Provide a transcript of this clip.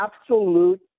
absolute